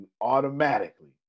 automatically